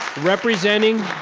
representing.